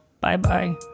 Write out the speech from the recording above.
Bye-bye